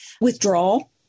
withdrawal